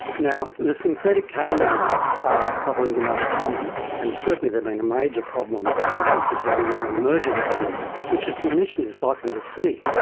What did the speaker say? now, the synthetic cannabinoids are probably the most common and certainly they have been a major problem in countries around the world, an emerging problem which a clinician is likely to see.